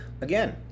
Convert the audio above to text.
again